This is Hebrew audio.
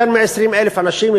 יותר מ-20,000 אנשים,